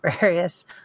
various